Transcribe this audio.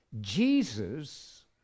Jesus